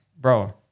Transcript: bro